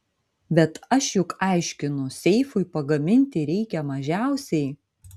bet aš juk aiškinu seifui pagaminti reikia mažiausiai